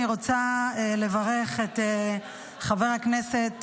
אני רוצה לברך את חבר הכנסת